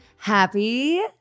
Happy